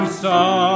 song